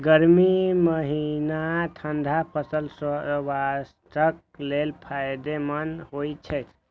गर्मी महीनाक ठंढा फल स्वास्थ्यक लेल फायदेमंद होइ छै